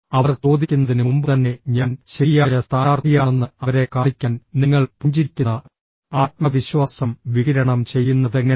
അവർ ചോദിക്കുന്നതിന് മുമ്പുതന്നെ ഞാൻ ശരിയായ സ്ഥാനാർത്ഥിയാണെന്ന് അവരെ കാണിക്കാൻ നിങ്ങൾ പുഞ്ചിരിക്കുന്ന ആത്മവിശ്വാസം വികിരണം ചെയ്യുന്നതെങ്ങനെ